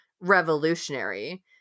revolutionary